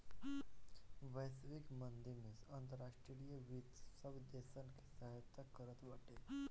वैश्विक मंदी में अंतर्राष्ट्रीय वित्त सब देसन के सहायता करत बाटे